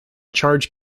charge